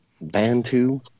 Bantu